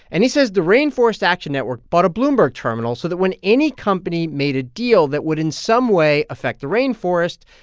and he says the rainforest action network bought a bloomberg terminal so that when any company made a deal that would in some way affect the rainforest,